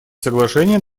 соглашения